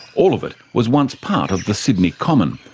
all of it was once part of the sydney common,